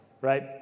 right